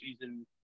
season